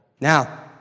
Now